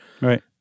Right